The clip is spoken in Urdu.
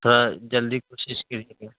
تھوڑا جلدی کوشش کریے